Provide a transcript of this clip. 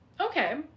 Okay